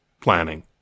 planning